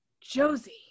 Josie